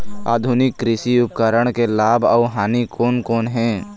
आधुनिक कृषि उपकरण के लाभ अऊ हानि कोन कोन हे?